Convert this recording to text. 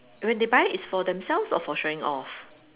when they buy is for themselves or for showing off